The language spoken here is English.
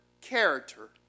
character